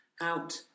out